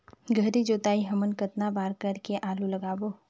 गहरी जोताई हमन कतना बार कर के आलू लगाबो?